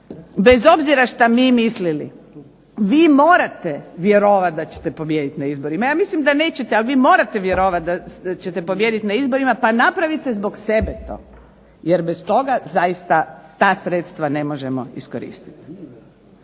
bez obzira što mi mislili, vi morate vjerovati da ćete pobijediti na izborima. Ja mislim da nećete, a vi morate vjerovati da ćete pobijediti na izborima, pa napravite zbog sebe to. Jer bez toga zaista ta sredstva ne možemo iskoristiti.